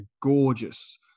gorgeous